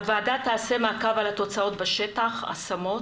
הוועדה תעשה מעקב על התוצאות בשטח ההשמות.